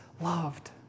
loved